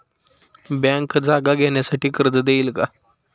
Bank जागा घेण्यासाठी कर्ज देईल का?